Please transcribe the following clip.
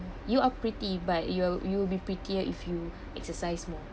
you are pretty but you will you will be prettier if you exercise more